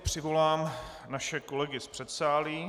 Přivolám naše kolegy z předsálí.